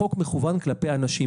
החוק מכוון כלפי אנשים,